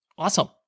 Awesome